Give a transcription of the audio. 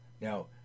Now